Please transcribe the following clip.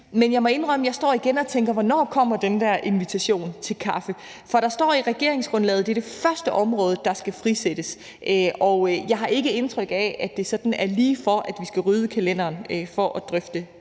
Men jeg må indrømme, at jeg igen står og tænker: Hvornår kommer den der invitation til kaffe? For der står i regeringsgrundlaget, at det er det første område, der skal frisættes, og jeg har ikke indtryk af, at det sådan ligger ligefor, at vi skal rydde kalenderen for at drøfte